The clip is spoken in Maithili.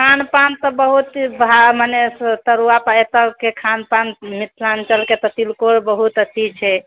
खानपान तऽ बहुत मने तरुआ एतयके खानपान मिथिलाञ्चलके तऽ तिलकोर बहुत अथि छै